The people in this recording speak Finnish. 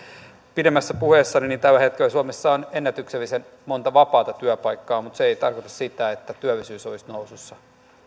pidemmässä puheessani tällä hetkellä suomessa on ennätyksellisen monta vapaata työpaikkaa mutta se ei tarkoita sitä että työllisyys olisi nousussa